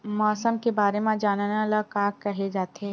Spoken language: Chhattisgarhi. मौसम के बारे म जानना ल का कहे जाथे?